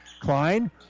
Klein